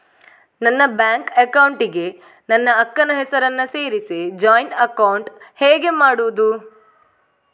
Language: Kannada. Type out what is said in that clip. ನನ್ನ ಬ್ಯಾಂಕ್ ಅಕೌಂಟ್ ಗೆ ನನ್ನ ಅಕ್ಕ ನ ಹೆಸರನ್ನ ಸೇರಿಸಿ ಜಾಯಿನ್ ಅಕೌಂಟ್ ಹೇಗೆ ಮಾಡುದು?